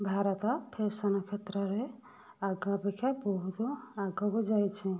Bharat fashion କ୍ଷେତ୍ରରେ ଆଗ ଅପେକ୍ଷା ବହୁତ ଆଗକୁ ଯାଇଛି